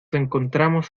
encontramos